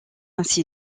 ainsi